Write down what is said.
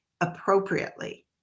appropriately